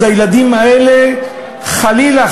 אז הילדים האלה חלילה,